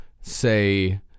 say